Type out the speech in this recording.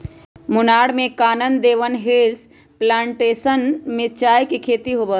मुन्नार में Kanan Devan hills plantation में चाय के खेती होबा हई